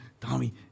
Tommy